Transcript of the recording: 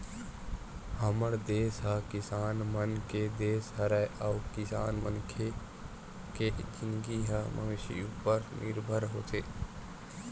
हमर देस ह किसान मन के देस हरय अउ किसान मनखे के जिनगी ह मवेशी उपर निरभर होथे